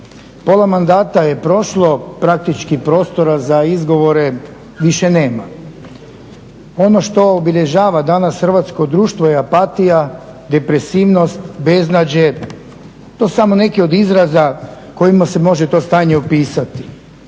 Pola mandata je prošlo, praktički prostora za izgovore više nema. Ono što obilježava danas hrvatsko društvo je apatija, depresivnost, beznađe, to su samo neki od izraza kojima se može to stanje opisati.